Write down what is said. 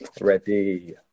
Ready